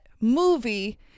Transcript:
movie